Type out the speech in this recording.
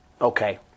Okay